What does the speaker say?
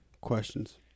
Questions